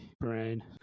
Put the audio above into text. brain